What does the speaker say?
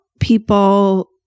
people